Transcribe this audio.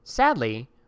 Sadly